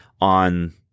on